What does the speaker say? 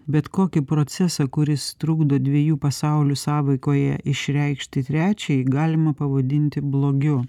bet kokį procesą kuris trukdo dviejų pasaulių sąveikoje išreikšti trečiajį galima pavadinti blogiu